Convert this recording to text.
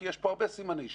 כי יש פה הרבה סימני שאלה: